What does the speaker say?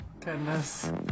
Goodness